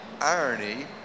irony